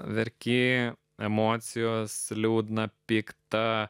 verki emocijos liūdna pikta